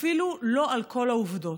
אפילו לא על כל העובדות,